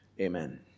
Amen